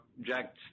Jack